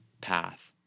path